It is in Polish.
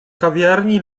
kawiarni